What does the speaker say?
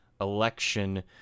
election